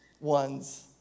ones